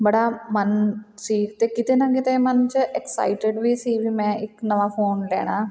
ਬੜਾ ਮਨ ਸੀ ਅਤੇ ਕਿਤੇ ਨਾ ਕਿਤੇ ਮਨ 'ਚ ਐਕਸਾਈਟਿਡ ਵੀ ਸੀ ਵੀ ਮੈਂ ਇੱਕ ਨਵਾਂ ਫੋਨ ਲੈਣਾ